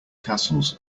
castles